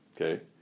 Okay